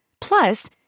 Plus